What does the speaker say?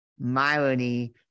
Myrony